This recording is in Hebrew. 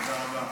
תודה.